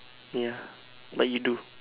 ya but you do